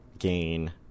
gain